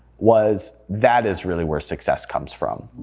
was that is really where success comes from.